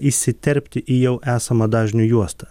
įsiterpti į jau esamą dažnių juostą